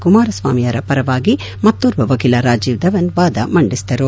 ಕುಮಾರಸ್ವಾಮಿಯವರ ಪರವಾಗಿ ಮತ್ತೋರ್ವ ವಕೀಲ ರಾಜೀವ್ ಧವನ್ ವಾದ ಮಂಡಿಸಿದರು